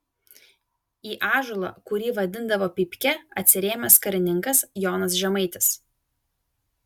į ąžuolą kurį vadindavo pypke atsirėmęs karininkas jonas žemaitis